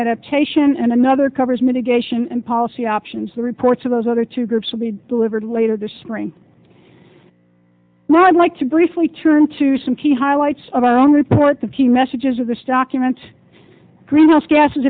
adaptation and another covers mitigation and policy options the reports of those other two groups will be delivered later this spring now i'd like to briefly turn to some key highlights of our own report the few messages of this document greenhouse gases